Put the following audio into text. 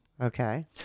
Okay